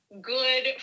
good